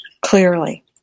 clearly